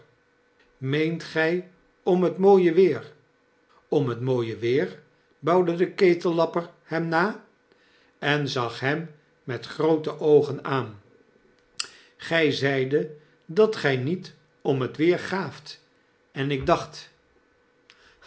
meent gg om het mooie weer om het mooie weer bauwde de ketellapper hem na en zag hem met groote oogen aan grg zeidet dat gy niet om het weer gaaft en ik dacht